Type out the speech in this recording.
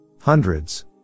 Hundreds